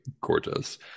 gorgeous